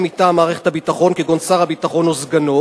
מטעם מערכת הביטחון כגון שר הביטחון או סגנו,